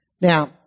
Now